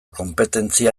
konpetentzia